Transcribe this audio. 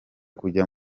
kujya